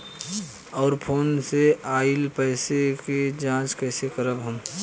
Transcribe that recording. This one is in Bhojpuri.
और फोन से आईल पैसा के जांच कैसे करब हम?